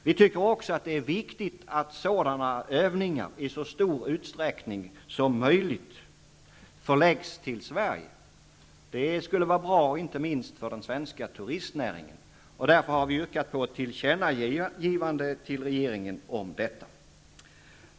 Vi tycker också att det är viktigt att sådana verksamheter i så stor utsträckning som möjligt förläggs till Sverige. Det skulle vara bra inte minst för den svenska turistnäringen. Därför har vi yrkat på ett tillkännagivande till regeringen om detta.